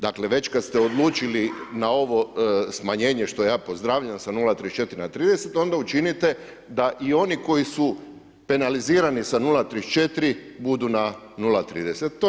Dakle već kad ste odlučili na ovo smanjenje što ja pozdravljam sa 0,34 na 0,30 onda učinite da i oni koji su penalizirani sa 0,34 budu na 0,30.